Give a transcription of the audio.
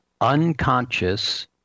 unconscious